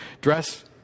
dress